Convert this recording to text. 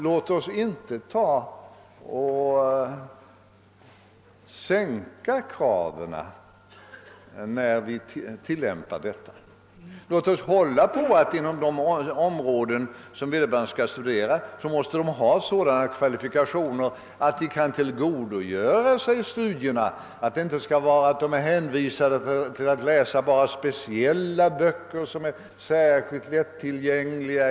Låt oss inte sänka kraven: Låt oss hålla på att vederbörande inom de områden som de närmast skall studera måste ha sådana kvalifikationer att de kan tillgodogöra sig studierna och inte är hänvisade till att läsa bara speciella böcker som är särskilt lättillgängliga!